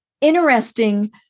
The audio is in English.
interesting